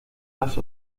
las